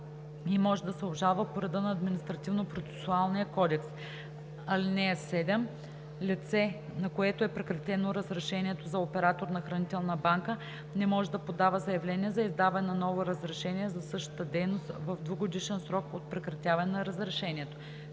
и може да се обжалва по реда на Административнопроцесуалния кодекс. (7) Лице, на което е прекратено разрешението за оператор на хранителна банка, не може да подава заявление за издаване на ново разрешение за същата дейност в двугодишен срок от прекратяване на разрешението.“